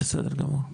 בסדר גמור.